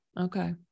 Okay